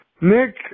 Nick